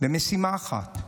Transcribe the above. למשימה אחת: